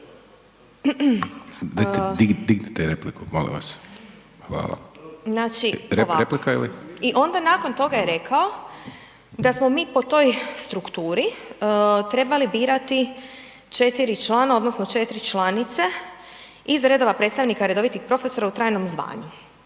Dignite repliku molim vas, hvala/… znači …/Upadica: Replika ili?/…i onda nakon toga je rekao da smo mi po toj strukturi trebali birati 4 člana odnosno 4 članice iz redova predstavnika redovitih profesora u trajnom zvanju